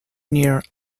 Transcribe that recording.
near